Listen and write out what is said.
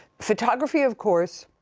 photography, of course,